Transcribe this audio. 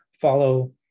follow